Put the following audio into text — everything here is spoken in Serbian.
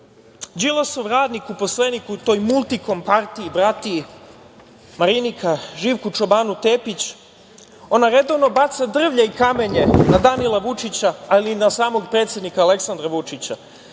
Đilasov radnik, uposlenik u toj „Multikom“, partiji bratiji, Marinika Živku čobanu Tepić, ona redovno baca drvlje i kamenje na Danila Vučića, ali i na samog predsednika Aleksandra Vučića,